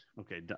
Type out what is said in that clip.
okay